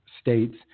states